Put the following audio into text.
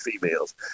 females